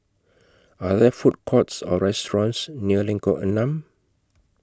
Are There Food Courts Or restaurants near Lengkok Enam